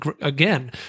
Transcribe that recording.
again